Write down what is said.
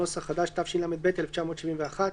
התשל"ב 1971,